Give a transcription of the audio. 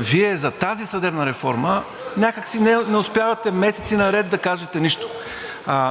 Вие за тази съдебна реформа някак си не успявате месеци наред да кажете нищо.